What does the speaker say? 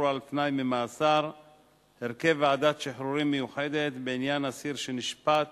על-תנאי ממאסר (הרכב ועדת שחרורים מיוחדת בעניין אסיר שנשפט